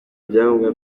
byangombwa